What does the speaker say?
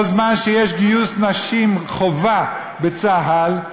כל זמן שיש גיוס נשים חובה בצה"ל,